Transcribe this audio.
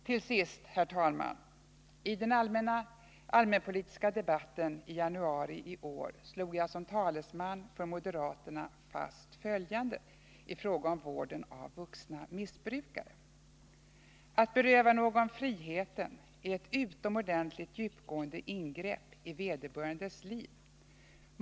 Till sist: I den allmänpolitiska debatten i januari i år slog jag som talesman för moderaterna fast följande i fråga om vården av vuxna missbrukare: ”Att beröva någon friheten är ett utomordentligt djupgående ingrepp i vederbörandes liv.